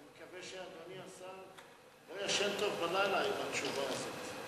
אני מקווה שאדוני השר לא ישן טוב בלילה עם התשובה הזאת.